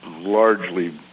largely